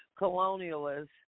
colonialists